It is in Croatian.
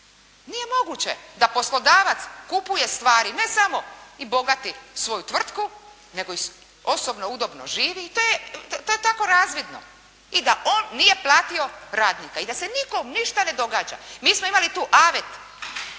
Nije moguće da poslodavac kupuje stvari, ne samo i bogati svoju tvrtku, nego i osobno udobno živi, to je tako razvidno i da on nije platio radnika i da se nikom ništa ne događa. Mi smo imali tu avet